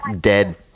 dead